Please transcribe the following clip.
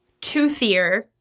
toothier